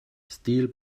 stil